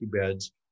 beds